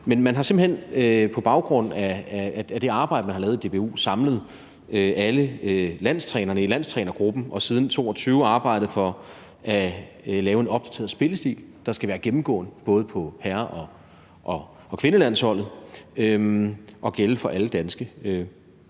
Men man har simpelt hen på baggrund af det arbejde, man har lavet i DBU, samlet alle landstrænerne i landstrænergruppen og har siden 2022 arbejdet for at lave en opdateret spillestil, der skal være gennemgående på både herre- og kvindelandsholdet og gælde for alle danske